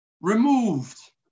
Removed